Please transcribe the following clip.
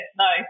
no